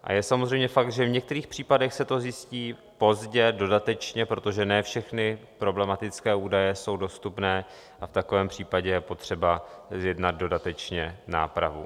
A je samozřejmě fakt, že v některých případech se to zjistí pozdě, dodatečně, protože ne všechny problematické údaje jsou dostupné, a v takovém případě je potřeba zjednat dodatečně nápravu.